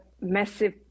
massive